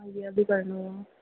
हा हीअ बि करिणे आहे